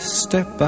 step